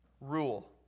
Rule